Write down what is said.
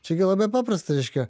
čia gi labai paprasta reiškia